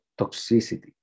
toxicity